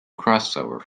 crossover